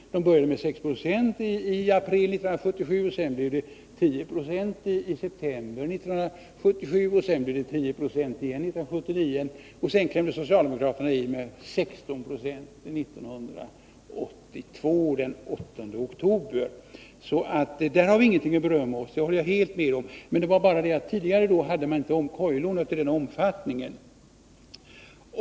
De började med 6 90 i april 1977 och fortsatte sedan med 10 26 senare under 1977, varefter de devalverade med 10 96 1979. Sedan klämde socialdemokraterna i med 16 0 den 8 oktober 1982. På det området har vi ingenting att berömma oss för — det håller jag helt med om. Men tidigare hade vi som sagt inte korglån av den nuvarande omfattningen.